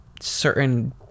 certain